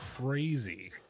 crazy